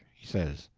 he says.